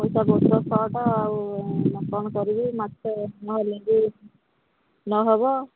ପଇସାପତ୍ର ସର୍ଟ ଆଉ କ'ଣ କରିବି ମାଛ ନହେଲେ ବି ନହବ